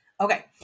Okay